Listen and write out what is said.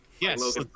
yes